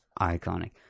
iconic